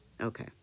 Okay